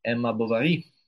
ema bovari